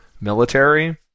military